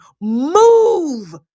move